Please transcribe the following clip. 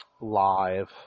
live